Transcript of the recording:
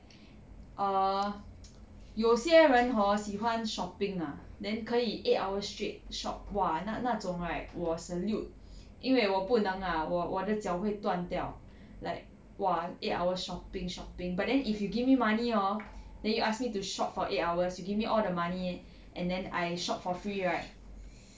err 有些人 hor 喜欢 shopping ah then 可以 eight hours straight shop !wah! 那那种 right 我 salute 因为我不能 ah 我我的脚会断掉 like !wah! eight hour shopping shopping but then if you give me money hor then you ask me to shop for eight hours you give me all the money and then I shop for free right